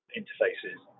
interfaces